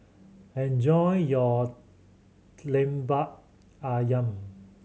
enjoy your Lemper Ayam